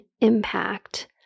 impact